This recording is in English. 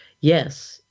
Yes